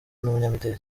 n’umunyamideli